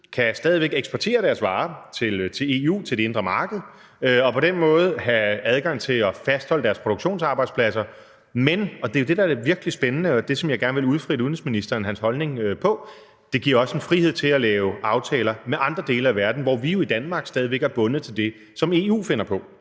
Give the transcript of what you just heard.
kan eksportere deres varer til EU, til det indre marked, og på den måde have adgang til at fastholde deres produktionsarbejdspladser, men – og det er jo det, som er det virkelig spændende, og det, som jeg gerne vil udfritte udenrigsministerens om hans holdning til – det giver på den anden side også en frihed til at lave aftaler med andre dele af verden, hvor vi jo i Danmark stadig væk er bundet til det, som EU finder på.